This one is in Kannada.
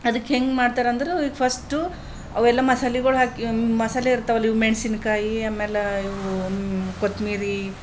ಅದಕ್ಕೆ ಹೆಂಗೆ ಮಾಡ್ತಾರಂದ್ರೆ ಫಸ್ಟು ಅವೆಲ್ಲ ಮಸಾಲೆಗಳು ಹಾಕಿ ಮಸಾಲೆ ಇರ್ತಾವಲ್ಲ ಇವು ಮೆಣಸಿನಕಾಯಿ ಆಮೇಲ ಇವು ಕೊತ್ಮಿರಿ